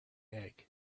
egg